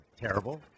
terrible